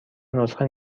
نسخه